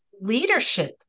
leadership